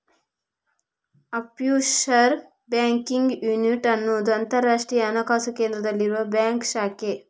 offshore banking unit ಅನ್ನುದು ಅಂತರಾಷ್ಟ್ರೀಯ ಹಣಕಾಸು ಕೇಂದ್ರದಲ್ಲಿರುವ ಬ್ಯಾಂಕ್ ಶಾಖೆ